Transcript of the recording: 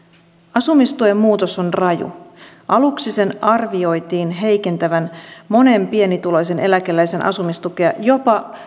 asumistuen muutos on raju aluksi sen arvioitiin heikentävän monen pienituloisen eläkeläisen asumistukea jopa